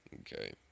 okay